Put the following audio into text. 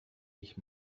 ich